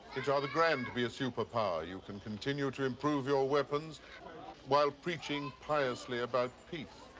it's rather grand to be a superpower. you can continue to improve your weapons while preaching piously about peace.